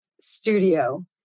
studio